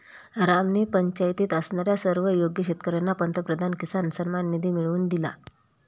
रामने पंचायतीत असणाऱ्या सर्व योग्य शेतकर्यांना पंतप्रधान किसान सन्मान निधी मिळवून दिला